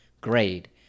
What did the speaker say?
grade